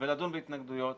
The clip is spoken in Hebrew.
ולדון בהתנגדויות.